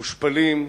מושפלים.